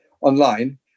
online